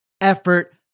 effort